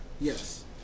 Yes